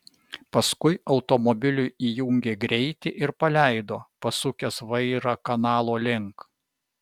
paskui automobiliui įjungė greitį ir paleido pasukęs vairą kanalo link